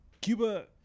cuba